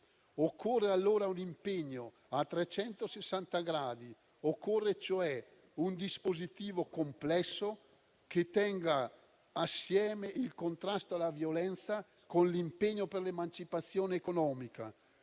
Occorre allora un impegno a 360 gradi: occorre cioè un dispositivo complesso che tenga assieme il contrasto alla violenza con l'impegno per l'emancipazione economica,